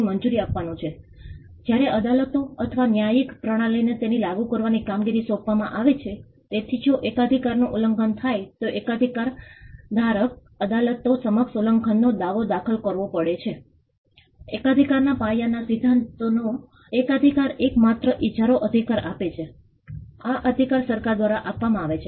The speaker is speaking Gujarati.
આ મુંબઇ છે ભારતની આર્થિક રાજધાની છે આ બાંદ્રા કુર્લા કોમ્પ્લેક્ષની નજીકના ધારાવી વિસ્તારમાં પણ મુંબઇ છે અને આ મીઠી નદી મેંગ્રોવ જંગલ છે અને આ બાંદ્રા કુર્લા છે અને આ ધારાવી વિસ્તારો છે આ અમારો અભ્યાસ વિસ્તાર છે